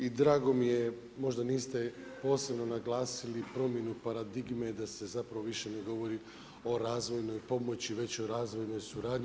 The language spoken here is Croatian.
I drago mi je, možda niste posebno naglasili promjenu paradigme da se zapravo više ne govori o razvojnoj pomoći već o razvojnoj suradnji.